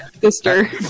sister